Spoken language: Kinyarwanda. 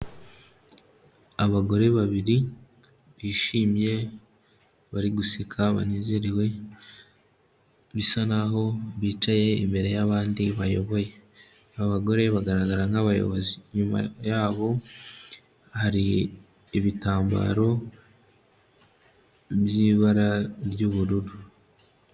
Abagore babiri bishimye bari guseka banezerewe bisa naho bicaye imbere y'abandi bayoboye. Aba bagore bagaragara nk'abayobozi, inyuma yabo har'ibitambaro by'ibara ry'ubururu.